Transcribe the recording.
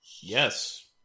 Yes